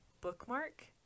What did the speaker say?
bookmark